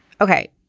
Okay